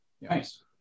Nice